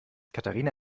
katharina